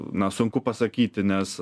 na sunku pasakyti nes